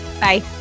bye